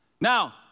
Now